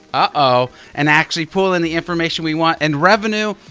oh and actually pull in the information we want and revenue.